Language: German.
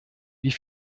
wie